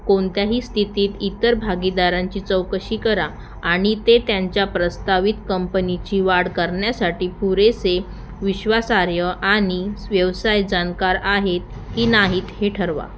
कोणत्याही स्थितीत इतर भागीदारांची चौकशी करा आणि ते त्यांच्या प्रस्तावित कंपनीची वाढ करण्यासाठी पुरेसे विश्वासार्य आणि व्यवसाय जाणकार आहेत की नाहीत हे ठरवा